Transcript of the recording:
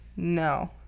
No